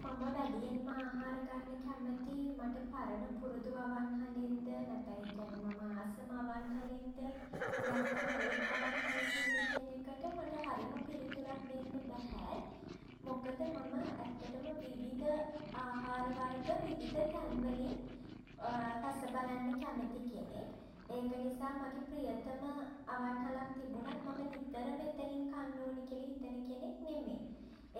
මම වැඩියෙන්ම ආහාර ගන්න කැමති මට පරණ පුරුදු අවන්හලෙන්ද නැත්තන් ඒ කියන්නේ මම ආසම අවන්හලෙන්ද නැත්තම් අලුත් අවන්හලකින්ද කියන එකට මට හරි පිළිතුරක් දෙන්න බැහැ. මොකද මම ඇත්තටම විවිධ ආහාර වර්ග විවිධ තැන්වලින් රස බලන්න කැමති කෙනෙක්. ඒක නිසා මගේ ප්‍රියතම අවන්හලක් තිබුණත් මම නිතර එතනින් කන්න ඕනි කියලා. හිතන කෙනෙක් නෙමෙයි.